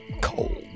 cold